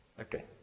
okay